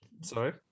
Sorry